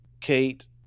Kate